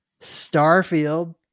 Starfield